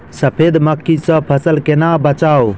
सफेद मक्खी सँ फसल केना बचाऊ?